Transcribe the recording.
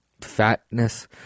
fatness